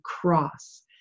cross